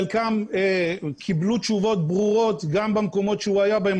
חלקם קיבלו תשובות ברורות גם במקומות שהוא היה בהם,